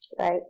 Right